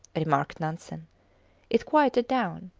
remarked nansen it quieted down.